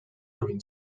green